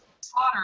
Slaughter